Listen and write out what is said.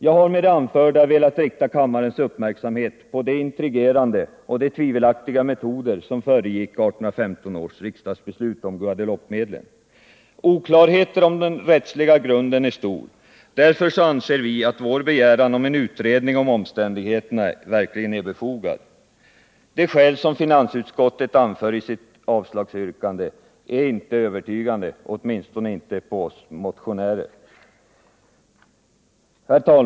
Jag har med det anförda velat rikta kammarens uppmärksamhet på det intrigerande och de tvivelaktiga metoder som föregick 1815 års riksdagsbeslut om Guadeloupemedlen. Oklarheten om de rättsliga grunderna är stor, och därför anser vi att vår begäran om utredning av omständigheterna verkligen är befogad. De skäl som finansutskottet anför i sitt avstyrkande är inte övertygande, åtminstone inte på oss motionärer.